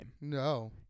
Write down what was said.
No